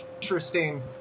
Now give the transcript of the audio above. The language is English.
interesting